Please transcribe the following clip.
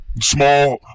small